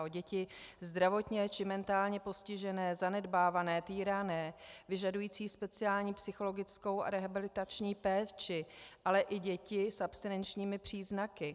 O děti zdravotně či mentálně postižené, zanedbávané, týrané, vyžadující speciální psychologickou a rehabilitační péči, ale i děti s abstinenčními příznaky.